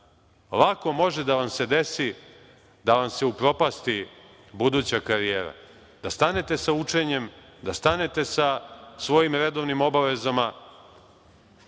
lako može da vam se desi da vam se upropasti buduća karijera, da stanete sa učenjem, da stanete sa svojim redovnim obavezama,